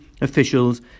officials